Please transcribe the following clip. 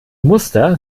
muster